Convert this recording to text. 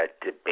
debate